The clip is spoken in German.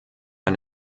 ein